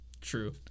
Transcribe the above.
True